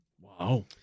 Wow